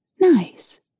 Nice